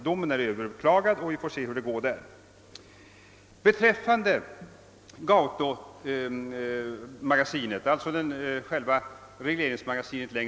Domen är överklagad, och vi får se hur det går.